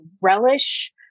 relish